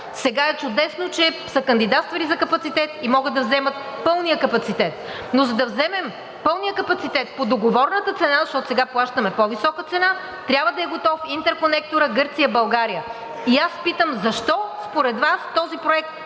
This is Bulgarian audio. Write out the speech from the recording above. Сега е чудесно, че са кандидатствали за капацитет и могат да вземат пълния капацитет, но за да вземем пълния капацитет по договорната цена, защото сега плащаме по-висока цена, трябва да е готов интерконекторът Гърция – България. И аз питам защо според Вас този проект